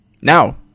Now